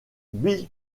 bill